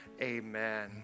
Amen